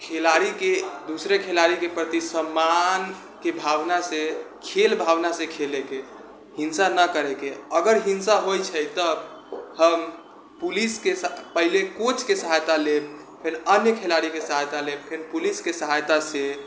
खेलाड़ीके दोसरा खेलाड़ीके प्रति सम्मानके भावनासँ खेल भावनासँ खेलैके हिंसा नहि करैके अगर हिंसा होइ छै तब हम पुलिसके साथ पहिले कोचके सहायता लेब फेर अन्य खेलाड़ीके सहायता लेब फेर पुलिसके सहायतासँ